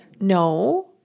no